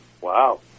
Wow